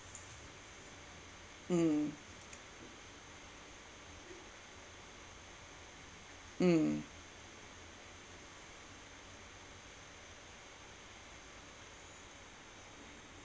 mm mm